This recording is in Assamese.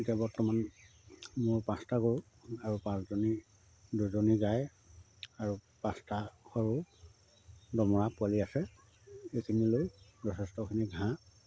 এতিয়া বৰ্তমান মোৰ পাঁচটা গৰু আৰু পাঁচজনী দুজনী গাই আৰু পাঁচটা সৰু দমৰা পোৱালি আছে এইখিনিলৈ যথেষ্টখিনি ঘাঁহ